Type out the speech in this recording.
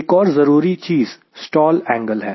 एक और जरूरी चीज स्टॉल एंगल है